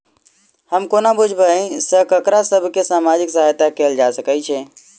हम कोना बुझबै सँ ककरा सभ केँ सामाजिक सहायता कैल जा सकैत छै?